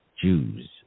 Jews